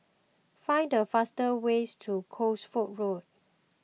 find the fastest ways to Cosford Road